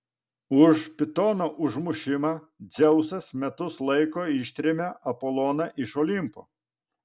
už pitono užmušimą dzeusas metus laiko ištrėmė apoloną iš olimpo